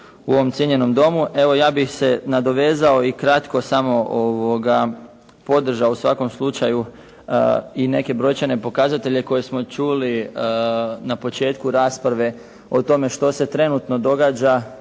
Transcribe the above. u ovom cijenjenom Domu. Evo ja bih se nadovezao i kratko samo podržao u svakom slučaju i neke brojčane pokazatelje koje smo čuli na početku rasprave o tome što se trenutno događa,